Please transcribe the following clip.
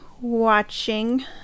watching